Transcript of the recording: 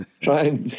try